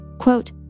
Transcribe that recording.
quote